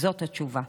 זאת התשובה.